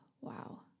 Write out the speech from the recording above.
wow